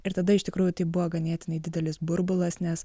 ir tada iš tikrųjų tai buvo ganėtinai didelis burbulas nes